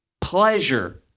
pleasure